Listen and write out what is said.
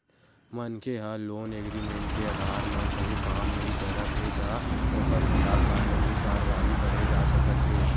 मनखे ह loan agreement के अधार म कहूँ काम नइ करत हे त ओखर खिलाफ कानूनी कारवाही करे जा सकत हे